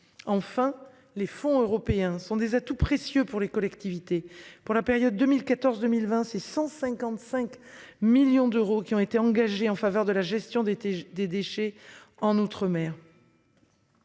Enfin, les fonds européens sont des atouts précieux pour les collectivités pour la période 2014 2020, c'est 155 millions d'euros qui ont été engagées en faveur de la gestion d'été des déchets en outre- mer.